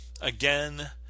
Again